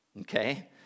Okay